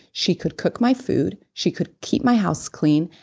she could cook my food, she could keep my house clean,